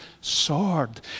sword